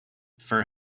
fur